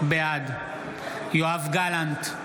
בעד יואב גלנט,